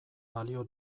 balio